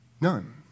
None